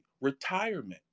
retirement